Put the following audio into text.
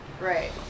Right